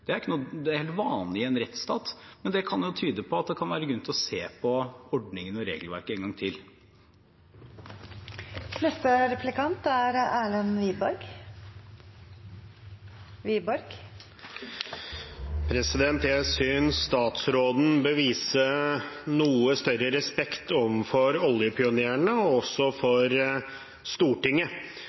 Det er helt vanlig i en rettsstat, men det kan jo tyde på at det kan være grunn til å se på se på ordningen og regelverket en gang til. Jeg synes statsråden bør vise noe større respekt overfor oljepionerene og også for Stortinget.